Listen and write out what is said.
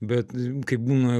bet kaip būna